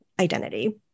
identity